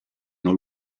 non